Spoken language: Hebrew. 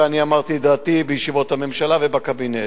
ואמרתי את דעתי בישיבות הממשלה ובקבינט.